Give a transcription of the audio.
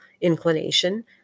inclination